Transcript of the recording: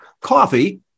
Coffee